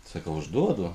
sakau aš duodu